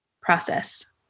process